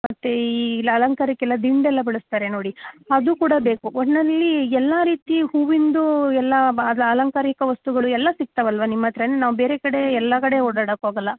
ಮತ್ತು ಈ ಅಲಂಕಾರಕ್ಕೆಲ್ಲ ದಿಂಡೆಲ್ಲ ಬಳಸ್ತಾರೆ ನೋಡಿ ಅದು ಕೂಡ ಬೇಕು ಒಟ್ಟಿನಲ್ಲಿ ಎಲ್ಲ ರೀತಿ ಹೂವಿಂದು ಎಲ್ಲ ಅಲಂಕಾರಿಕ ವಸ್ತುಗಳು ಎಲ್ಲ ಸಿಕ್ತಾವಲ್ವ ನಿಮ್ಮ ಹತ್ರವೆ ನಾವು ಬೇರೆ ಕಡೆ ಎಲ್ಲ ಕಡೆ ಓಡಾಡೋಕಾಗಲ್ಲ